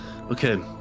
Okay